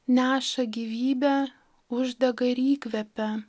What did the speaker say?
neša gyvybę uždega ir įkvepia